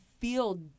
feel